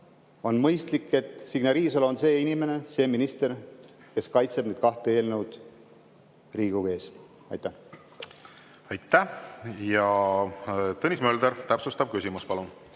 on mõistlik, et Signe Riisalo on see inimene, see minister, kes kaitseb neid kahte eelnõu Riigikogu ees. Aitäh! Tõnis Mölder, täpsustav küsimus, palun!